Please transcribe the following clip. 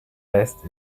vest